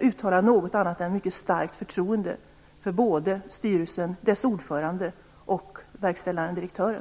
uttala något annat än ett mycket starkt förtroende för såväl styrelsen, dess ordförande som den verkställande direktören.